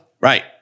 Right